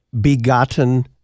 begotten